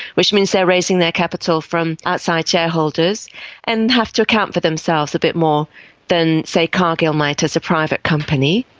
which means they are raising their capital from outside shareholders and have to account for themselves a bit more than, say, cargill might as a private company.